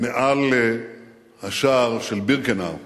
מעל השער של בירקנאו,